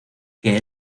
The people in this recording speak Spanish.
que